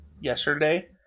yesterday